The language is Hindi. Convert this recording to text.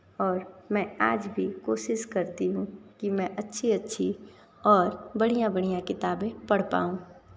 और मैं आज भी कोशिश करती हूँ कि मैं अच्छी अच्छी और बढ़ियाँ बढ़ियाँ किताबें पढ़ पाऊँ